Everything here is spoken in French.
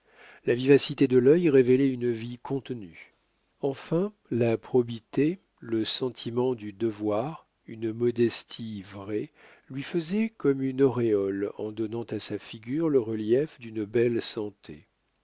la vivacité de l'œil révélait une vie contenue enfin la probité le sentiment du devoir une modestie vraie lui faisaient comme une auréole en donnant à sa figure le relief d'une belle santé